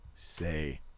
Say